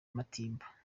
matimba